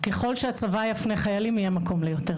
ככל שהצבא יפנה חיילים, יהיה מקום ליותר.